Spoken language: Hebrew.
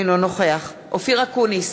אינו נוכח אופיר אקוניס,